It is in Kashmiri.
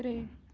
ترٛےٚ